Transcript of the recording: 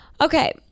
Okay